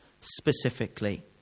specifically